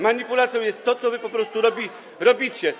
Manipulacją jest to, co wy po prostu robicie.